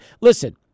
Listen